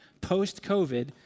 post-COVID